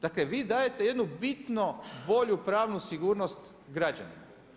Dakle vi dajete jednu bitno bolju pravnu sigurnost građanima.